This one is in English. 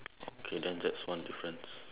okay then that's one difference